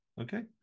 okay